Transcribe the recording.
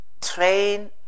train